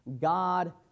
god